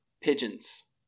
pigeons